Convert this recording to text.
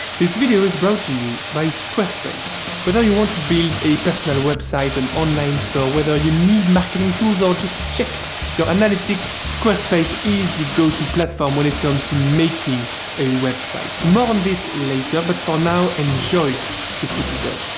this video is brought to you by squarespace whether you want to build a personal website and online store whether you need marketing tools or just to check your analytics squarespace is the go-to platform when it comes to making a website more on this later, but for now and enjoy this episode